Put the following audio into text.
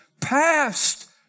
past